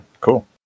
cool